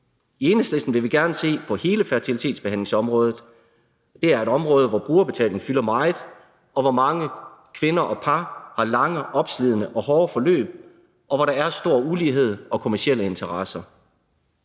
I Enhedslisten vil vi gerne se på hele fertilitetsbehandlingsområdet. Det er et område, hvor brugerbetalingen fylder meget, og hvor mange kvinder og par har lange, opslidende og hårde forløb, og hvor der er stor ulighed og kommercielle interesser.